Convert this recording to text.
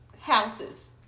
houses